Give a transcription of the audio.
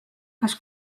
kas